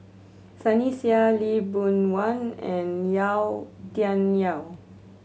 Sunny Sia Lee Boon Wang and Yau Tian Yau